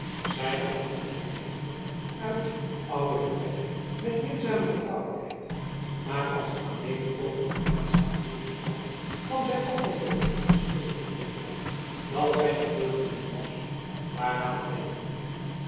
zij behandelde hem echter uit oude betrekking met minzame vertrouwelijkheid maar als adeelen over hun aanstaand huwelijk sprak kwam zij altijd met de verontschuldiging voor den dag dat zij nog veel te jong was om daaraan te denken